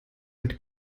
mit